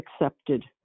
accepted